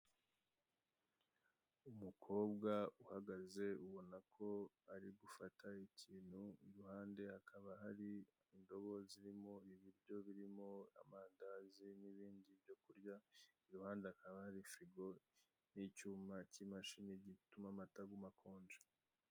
Umukobwa uhagaze ubonako Ari gufata ikintu iruhande hakaba hari indobo zirimo ibiryo birimo amandazi nibindi byo kurya, iruhande hakaba hari firigo n'icyuma cy'imashini gituma amata aguma akonje.